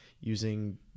using